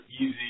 easy